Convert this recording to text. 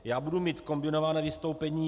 Já budu mít kombinované vystoupení.